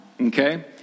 Okay